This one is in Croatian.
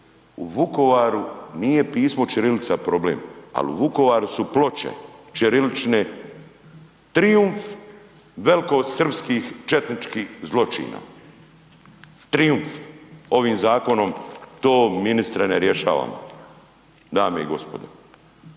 U Vukovaru nije pismo ćirilica problem, ali u Vukovaru su ploče ćirilične trijumf velikosrpskih četničkih zločina. Trijumf. Ovim zakonom to ministre ne rješavamo, dame i gospodo,